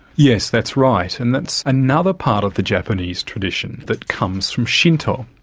yes, that's right, and that's another part of the japanese tradition that comes from shinto.